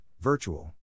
Virtual